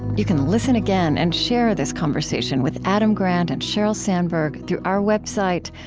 you can listen again and share this conversation with adam grant and sheryl sandberg through our website,